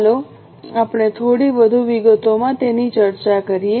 ચાલો આપણે થોડી વધુ વિગતોમાં તેની ચર્ચા કરીએ